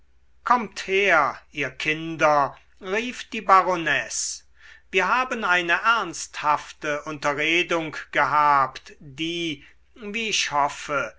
kommt her ihr kinder rief die baronesse wir haben eine ernsthafte unterredung gehabt die wie ich hoffe